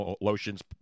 lotions